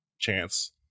Chance